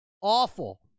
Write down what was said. awful